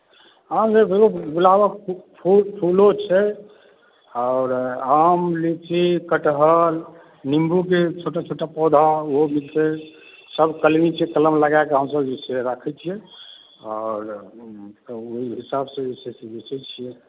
हँ यौ गुलाबक फूल फूलो छै आओर आम लीची कठहर नीम्बूके छोटा छोटा पौधा ओहो मिलतय सभ कलमी छै कलम लगाकेँ हमसभ जे छै राखैत छियै आओर ओहि हिसाबसँ जे छै से बेचैत छियै